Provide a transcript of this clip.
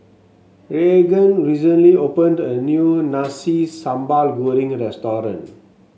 Raegan recently opened a new Nasi Sambal Goreng